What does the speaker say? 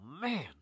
man